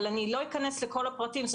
אבל לא אכנס לכל הפרטים,